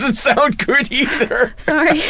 sound good either! sorry!